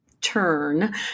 turn